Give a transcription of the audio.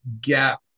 gap